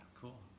Cool